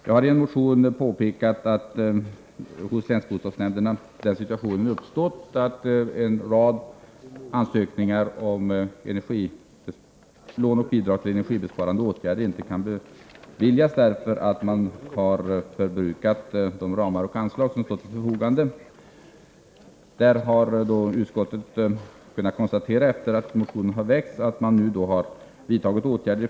Jag har i en motion pekat på den situation som uppstått inom länsbostadsnämnderna, nämligen att en rad ansökningar om lån och bidrag till energibesparande åtgärder inte kan beviljas därför att de anslag som stått till förfogande har förbrukats. Utskottet konstaterar att regeringen, efter det att motionen väcktes, vidtagit åtgärder.